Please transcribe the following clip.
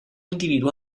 individuo